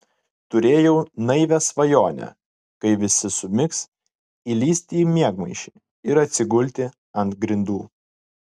turėjau naivią svajonę kai visi sumigs įlįsti į miegmaišį ir atsigulti ant grindų